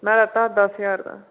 मैं लैता हा दस ज्हार दा